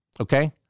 okay